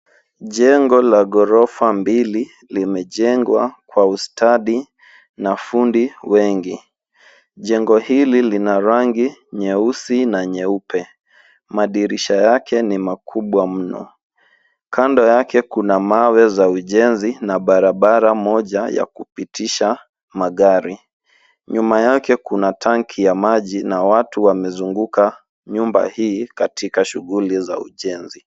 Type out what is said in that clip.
Jengo la ghorofa mbili limejengwa kwa ustadi na fundi wengi. Jengo hili lina rangi nyeusi na nyeupe. Madirisha yake ni makubwa mno. Kando yake kuna mawe za ujenzi na barabara moja ya kupitisha magari. Nyuma yake kuna tanki ya maji na watu wamezunguka nyumba hii katika shughuli za ujenzi.